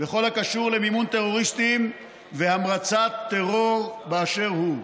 בכל הקשור למימון טרוריסטים והמרצת טרור באשר הוא.